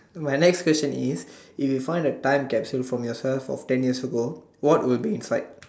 my next question is if you find a time capsule of yourself of ten years ago what will be inside